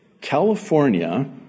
California